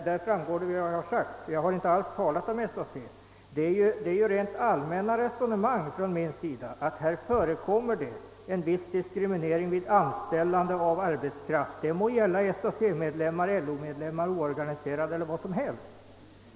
Då skall herr Nilsson finna att jag inte alls talat om SAC utan fört ett allmänt resonemang om att det förekommer viss diskriminering vid anställande av arbetskraft — det må gälla SAC-medlemmar, LO-medlemmar, o0organiscerade eller vilka som helst.